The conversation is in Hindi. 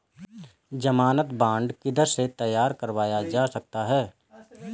ज़मानत बॉन्ड किधर से तैयार करवाया जा सकता है?